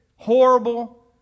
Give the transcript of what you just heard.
Horrible